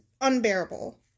unbearable